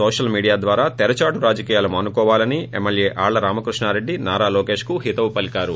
social media ద్వారా తెరదాటు రాజకీయాలు మానుకోవాలని ఎమ్మెల్యే ఆళ్ల రామకృష్ణారెడ్డి నారా లోకేష్ కు హితవు పలికారు